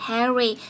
Harry